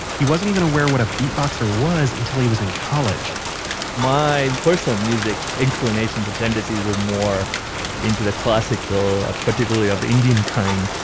he wasn't even aware of what a beatboxer was until he was in college my personal music inclinations and tendencies are more into the classical, particularly of the indian kind,